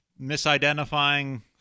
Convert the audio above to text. misidentifying